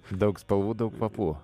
daug spalvų daug kvapų